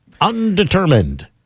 Undetermined